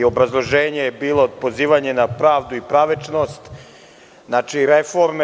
Obrazloženje je bilo pozivanje na pravdu i pravičnost, znači, reforme.